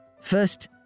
First